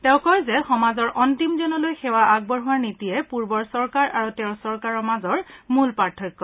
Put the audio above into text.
তেওঁ কয় যে সমাজৰ অন্তিম জনলৈ সেৱা আগবঢ়োৱাৰ নীতিয়ে পূৰ্বৰ চৰকাৰ আৰু তেওঁৰ চৰকাৰৰ মাজৰ মূল পাৰ্থক্য